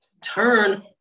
Turn